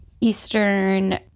eastern